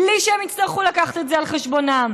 בלי שהם יצטרכו לקחת את זה על חשבונם.